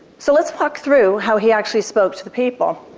so let's walk through how he actually spoke to the people.